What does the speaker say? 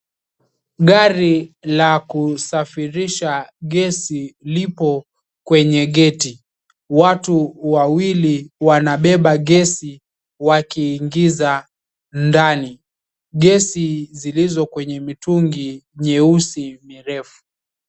Gari la kusafirisha gesi liko kwenye geti. Watu wawili wanabeba gesi wakiingiza ndani. Gesi zilizo kwenye mitungi nyeusi mirefu.